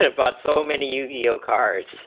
ah but so many ue yeah elkhart